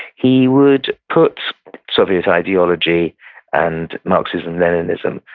he would put soviet ideology and marxism, leninism,